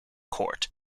court